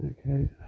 Okay